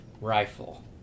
rifle